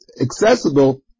accessible